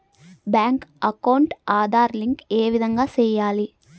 Bank account Aadhaar link ఏ విధంగా సెయ్యాలి?